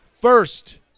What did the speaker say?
first